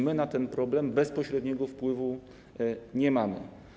My na ten problem bezpośredniego wpływu nie mamy.